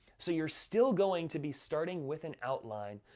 so you're still going to be starting with an outline.